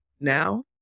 now